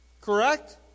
Correct